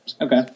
Okay